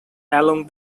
along